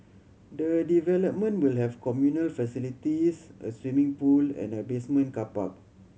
the development will have communal facilities a swimming pool and a basement car park